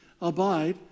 abide